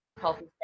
healthy